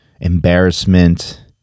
embarrassment